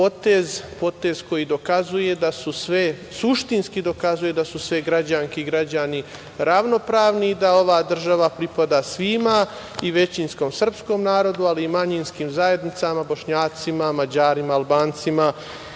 da su sve, suštinski dokazuje da su građanke i građani ravnopravni i da ova država pripada svima i većinskom srpskom narodu, ali i manjinskim zajednicama, Bošnjacima, Mađarima, Albancima